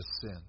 sin